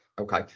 Okay